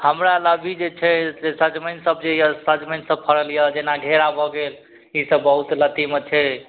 हमरा लग अभी जे छै से सजमनि सब जे यऽ सजमनि सब फड़ल यऽ जेना घेरा भऽ गेल ई सब बहुत लत्तीमे छै